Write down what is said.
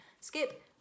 Skip